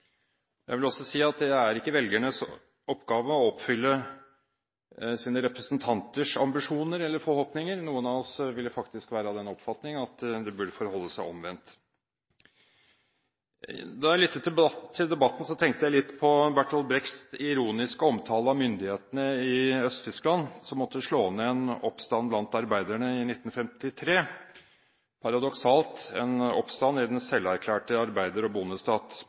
Jeg vil også si at det er ikke velgernes oppgave å oppfylle sine representanters ambisjoner eller forhåpninger – noen av oss ville faktisk være av den oppfatning at det burde forholde seg omvendt. Da jeg lyttet til debatten, tenkte jeg litt på Bertolt Brechts ironiske omtale av myndighetene i Øst-Tyskland, som i 1953 måtte slå ned en oppstand blant arbeiderne – paradoksalt nok en oppstand i den selverklærte arbeider- og bondestat.